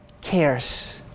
cares